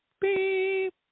beep